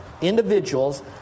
individuals